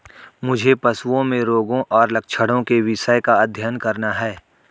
मुझे पशुओं में रोगों और लक्षणों के विषय का अध्ययन करना है